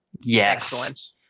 Yes